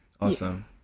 Awesome